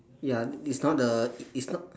ya it's not the it is not